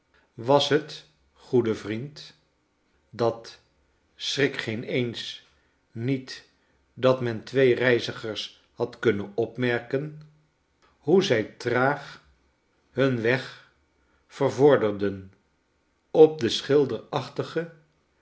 was het goede vriend dat schrik geenszins niet dat men twee reizigers had kunnen opmerken hoe zij traag hun weg vervorderden op den